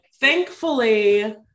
thankfully